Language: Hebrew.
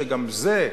שגם זה,